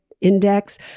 index